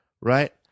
Right